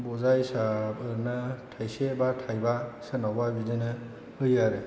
बजा हिसाब ओरैनो थाइसे बा थाइबा सोरनावबा बिदिनो होयो आरो